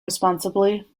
responsibly